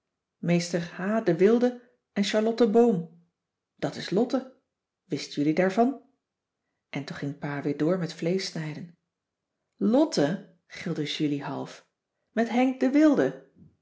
h de wilde en charlotte boom dat is lotte wist jullie daarvan en toen ging pa weer door met vleesch snijden lotte gilde jullie half met henk de wilde